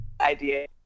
idea